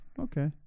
Okay